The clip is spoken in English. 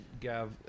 Gav